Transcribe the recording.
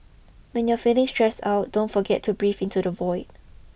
when you are feeling stressed out don't forget to breathe into the void